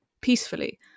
peacefully